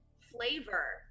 flavor